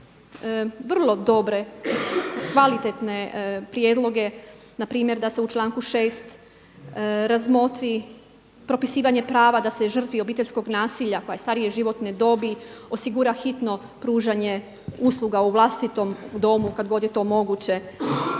vrlo dobre, kvalitetne prijedloge npr. da se u članku 6. razmotri propisivanje prava da se žrtvi obiteljskog nasilja koja je starije životne dobi osigura hitno pružanje usluga u vlastitom domu kad god je to moguće,